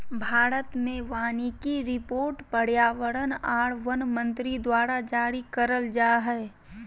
भारत मे वानिकी रिपोर्ट पर्यावरण आर वन मंत्री द्वारा जारी करल जा हय